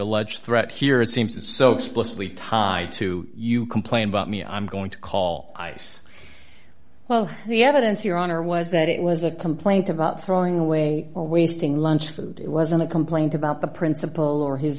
alleged threat here it seems it's so explicitly tied to you complain about me i'm going to call ice well the evidence your honor was that it was a complaint about throwing away wasting lunch food it wasn't a complaint about the principal or his